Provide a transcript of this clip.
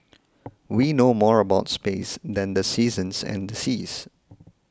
we know more about space than the seasons and the seas